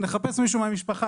נחפש מישהו מהמשפחה,